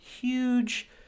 huge